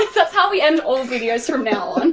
that's how we end all videos from now on.